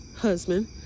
husband